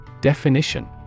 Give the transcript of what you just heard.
Definition